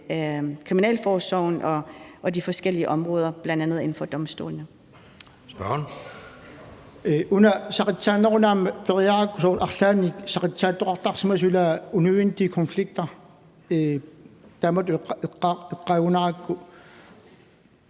kriminalforsorgen og de forskellige områder bl.a. inden for domstolene. Kl.